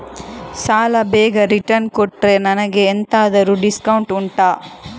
ಸಾಲ ಬೇಗ ರಿಟರ್ನ್ ಕೊಟ್ರೆ ನನಗೆ ಎಂತಾದ್ರೂ ಡಿಸ್ಕೌಂಟ್ ಉಂಟಾ